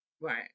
Right